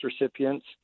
recipients